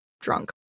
drunk